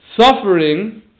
suffering